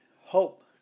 Hope